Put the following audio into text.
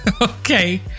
okay